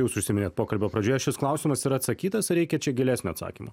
jūs užsiiminėjot pokalbio pradžioje šis klausimas yra atsakytas ar reikia čia gilesnio atsakymo